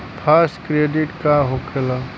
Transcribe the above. Fast credit का होखेला?